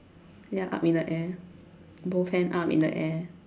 ya up in the air both hand up in the air